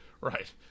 right